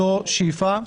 זו שאיפה.